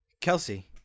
Kelsey